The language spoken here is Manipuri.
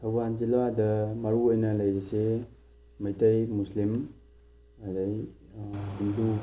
ꯊꯧꯕꯥꯟ ꯖꯤꯜꯂꯥꯗ ꯃꯔꯨ ꯑꯣꯏꯅ ꯂꯩꯔꯤꯁꯦ ꯃꯩꯇꯩ ꯃꯨꯁꯂꯤꯝ ꯑꯗꯒꯤ ꯍꯤꯟꯗꯨ